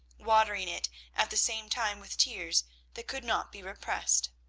watering it at the same time with tears that could not be repressed.